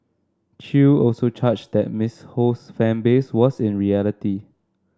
chew also charged that Miss Ho's fan base was in reality